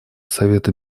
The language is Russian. совета